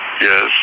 Yes